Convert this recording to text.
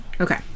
Okay